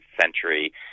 century